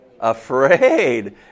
Afraid